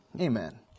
Amen